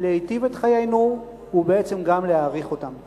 להיטיב את חיינו ובעצם גם להאריך אותם.